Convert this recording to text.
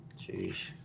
Jeez